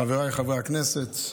חבריי חברי הכנסת,